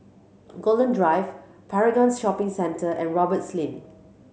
Golden Drive Paragon Shopping Centre and Roberts Lane